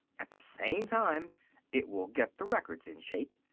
at the same time it will get the records in shape.